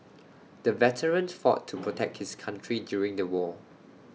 the veteran fought to protect his country during the war